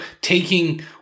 taking